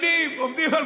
בסוף תמצא שרובם חרדים.